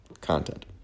content